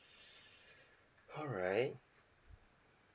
alright